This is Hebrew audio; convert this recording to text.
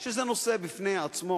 שזה נושא בפני עצמו,